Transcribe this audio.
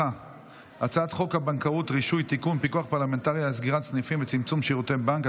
פיקוח פרלמנטרי על סגירת סניפים וצמצום שירותי בנק),